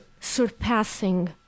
surpassing